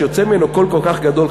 שיוצא ממנו קול כל כך גדול,